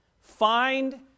find